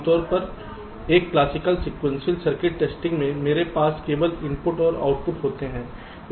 आम तौर पर एक क्लासिकल सीक्वेंशियल सर्किट टेस्टिंग में मेरे पास केवल इनपुट और आउटपुट होते हैं